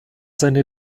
seine